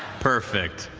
perfect.